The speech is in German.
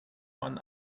man